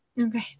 Okay